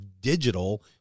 digital